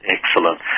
Excellent